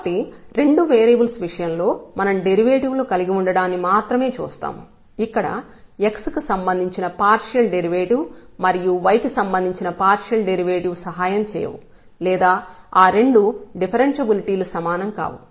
కాబట్టి రెండు వేరియబుల్స్ విషయంలో మనం డెరివేటివ్ లను కలిగి ఉండడాన్ని మాత్రమే చూస్తాం ఇక్కడ x కి సంబంధించిన పార్షియల్ డెరివేటివ్ మరియు y కి సంబంధించిన పార్షియల్ డెరివేటివ్ సహాయం చేయవు లేదా ఆ రెండు డిఫరెన్షబులిటీ లు సమానం కావు